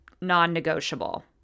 non-negotiable